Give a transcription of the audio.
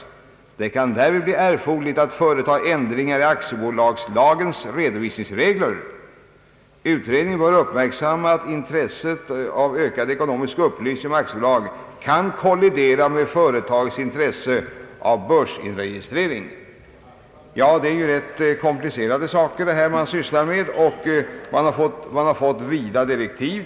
Det kan därvid bli erforderligt att företa ändringar i aktiebolagslagens redovisningsregler. — Utredningen bör uppmärksamma att intresset av ökad ekonomisk upplysning om aktiebolag kan kollidera med företagets intresse av börsinregistrering.» Det är således rätt komplicerade saker som utredningen skall syssla med. Detta förklarar, vad vi kan förstå, att utredningen fått mycket vida direktiv.